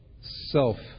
self